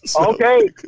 Okay